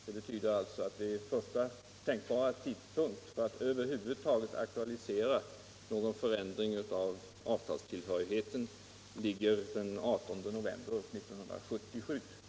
Det betyder alltså att den första tänkbara tidpunkten för att över huvud taget aktualisera någon förändring av avtalstillhörigheten är den 18 november 1977.